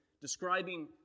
describing